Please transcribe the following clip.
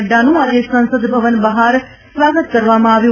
નક્રાનું આજે સંસદભવન બહાર સ્વાગત કરવામાં આવ્યું